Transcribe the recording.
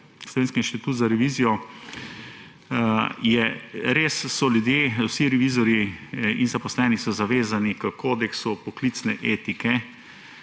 Slovenskem inštitutu za revizijo so ljudje, vsi revizorji in zaposleni, zavezani h kodeksu poklicne etike